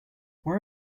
where